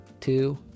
two